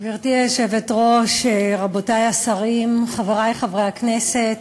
גברתי היושבת-ראש, רבותי השרים, חברי חברי הכנסת,